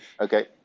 Okay